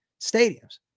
stadiums